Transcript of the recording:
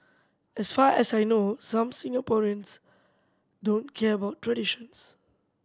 as far as I know some Singaporeans don't care about traditions